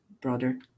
brother